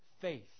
faith